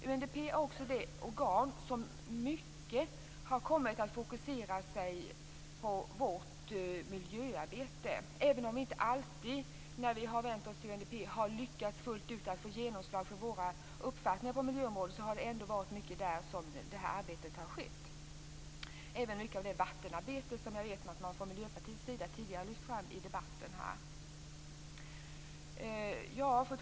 UNDP är också det organ där mycket av vårt miljöarbete har kommit att fokuseras, även om vi inte alltid har lyckats fullt ut med att få genomslag för våra uppfattningar på miljöområdet när vi har vänt oss till UNDP. Det har ändå i mycket varit där som detta arbete har skett. Det gäller också mycket av vattenarbetet. Man har tidigare från Miljöpartiets sida lyft fram detta arbete i debatten här. Fru talman!